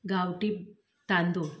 गांवठी तांदूळ